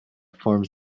forms